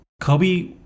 Kobe